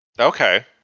Okay